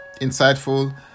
insightful